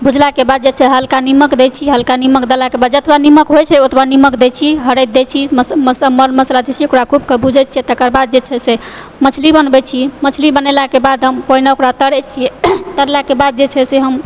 भुजलाह के बाद जे छै हल्का निमक दै छी हल्का निमक देलाके बाद जतबै निमक हो छै ओतबै निमक दै छी हरैद दै छी मस मस मर मस्सला दे छिए ओकरा खूबकऽ भुजै छिए तकरबाद जे छै सऽ मछली बनबए छी मछली बनेलाक बाद हम पहिने ओकरा तरै छियै तरला के बाद जे छै से हम